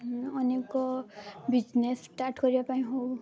ଅନେକ business start କରିବା ପାଇଁ ହେଉ